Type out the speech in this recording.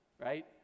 right